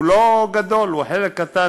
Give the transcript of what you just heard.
הוא לא גדול, הוא חלק קטן.